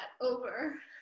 over